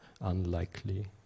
unlikely